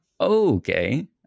Okay